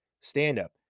stand-up